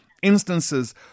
instances